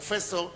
פרופסור,